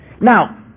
Now